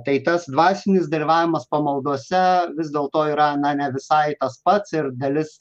tai tas dvasinis dalyvavimas pamaldose vis dėl to yra na ne visai tas pats ir dalis